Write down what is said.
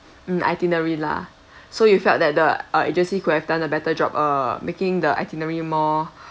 mm itinerary lah so you felt that the uh agency could have done a better job err making the itinerary more